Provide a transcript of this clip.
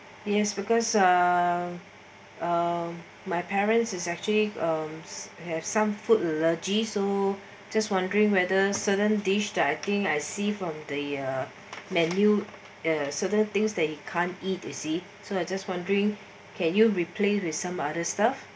yes because uh um my parents is actually have some food allergy so just wondering whether certain dish that I think I see from the menu a certain things that you can't eat you see so I just wondering can you replay with some other stuff